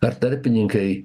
ar tarpininkai